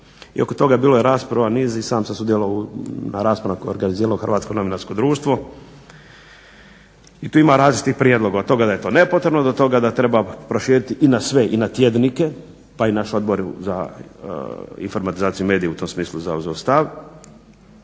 i oko toga je bilo rasprava niz i sam sam sudjelovao na raspravama koje je organiziralo Hrvatsko novinarsko društvo i tu ima različitih prijedloga od toga da je to nepotrebno do toga da treba proširiti i na sve i na tjednike pa je naš odbor za informatizaciju, medije u tom smislu zauzeo stav.